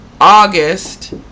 August